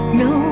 no